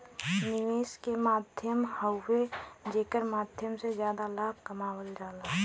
निवेश एक माध्यम हउवे जेकरे माध्यम से जादा लाभ कमावल जाला